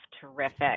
terrific